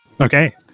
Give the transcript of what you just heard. Okay